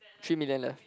three million left